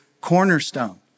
cornerstone